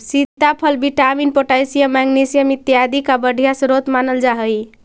सीताफल vitamin, potassium, magnesium इत्यादि का बढ़िया स्रोत मानल जा हई